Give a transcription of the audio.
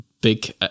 big